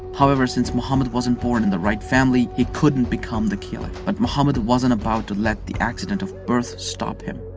however, since muhammad wasn't born in the right family, he couldn't become the caliph. but muhammad wasn't about to let the accident of birth stop him.